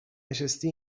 نشستی